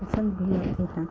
पसंद भी आती हैं